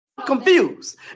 confused